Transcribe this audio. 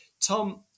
Tom